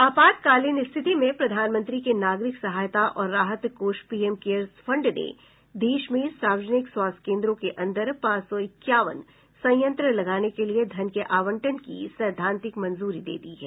आपातकालीन स्थिति में प्रधानमंत्री के नागरिक सहायता और राहत कोष पीएम केयर्स फंड ने देश में सार्वजनिक स्वास्थ्य केन्द्रों के अन्दर पांच सौ इक्यावन संयंत्र लगाने के लिए धन के आवंटन की सैद्वांतिक मंजूरी दे दी है